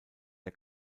der